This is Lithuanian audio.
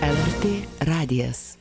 lrt radijas